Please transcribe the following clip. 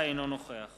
אינו נוכח